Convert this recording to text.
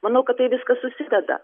manau kad tai viskas susideda